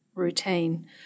routine